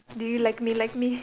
do you like me like me